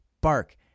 bark